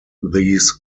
these